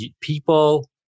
people –